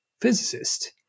physicist